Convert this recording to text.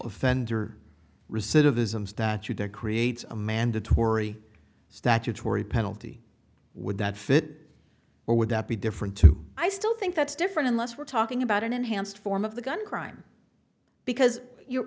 recidivism statute that creates a mandatory statutory penalty would that fit or would that be different to i still think that's different unless we're talking about an enhanced form of the gun crime because you're